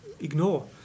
ignore